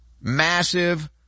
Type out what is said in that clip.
Massive